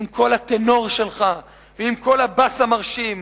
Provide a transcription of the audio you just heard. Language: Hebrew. עם קול הטנור שלך ועם קול הבס המרשים.